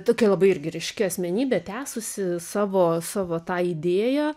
tokia labai irgi ryški asmenybė tęsusi savo savo tą idėją